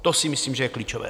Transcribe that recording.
To si myslím, že je klíčové.